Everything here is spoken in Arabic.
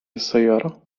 السيارة